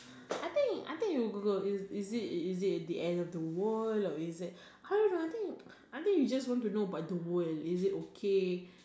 I think I think you Google is it is it at the end of the world or is it I don't know I think I think you just want to know about the world is it okay